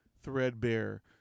threadbare